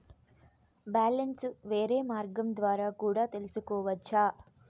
Balance వేరే మార్గం ద్వారా కూడా తెలుసుకొనొచ్చా?